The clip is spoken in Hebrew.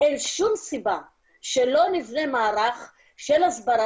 אין שום סיבה שלא נבנה מערך של הסברה